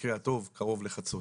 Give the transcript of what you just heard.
במקרה הטוב, קרוב לחצות.